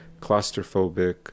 claustrophobic